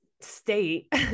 state